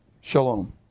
shalom